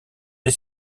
est